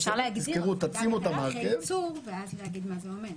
אפשר להגיד תהליכי ייצור ואז להגיד מה זה אומר.